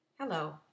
Hello